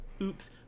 oops